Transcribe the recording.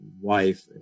wife